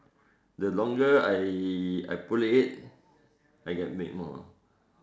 the longer I I play it I can make more ah